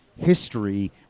history